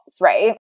right